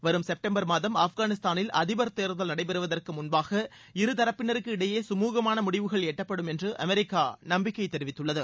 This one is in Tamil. வரும் செப்டம்பர் மாதம் ஆப்கானிஸ்தானில் அதிபர் தேர்தல் நடைபெறுவதற்கு முன்பாக இருதரப்பினருக்கு இடையே கமுகமான முடிவுகள் எட்டப்படும் என்று அமெரிக்கா நம்பிக்கை தெரிவித்துள்ளது